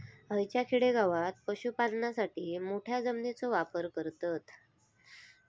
हयच्या खेडेगावात पशुपालनासाठी मोठ्या जमिनीचो वापर करतत